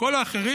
כל האחרים.